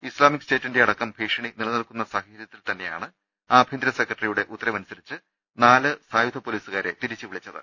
Islamic സ്റ്റേറ്റി ന്റെയടക്കം ഭീഷണി നിലനിൽക്കുന്ന സാഹചര്യത്തിൽത്തന്നെയാണ് ആഭ്യന്തര സെക്രട്ടറിയുടെ ഉത്തരവനുസരിച്ച് നാല് സായുധപോലീസു കാരെ തിരിച്ചുവിളിച്ചത്